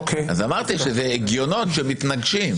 אמרתי שזה הגיונות שמתנגשים.